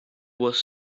was